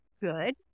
good